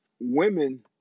women